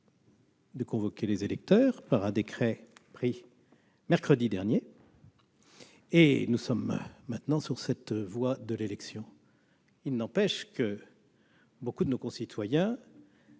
de convoquer les électeurs, par un décret pris mercredi dernier ; nous sommes maintenant sur la voie de l'élection. Il n'empêche que beaucoup de nos concitoyens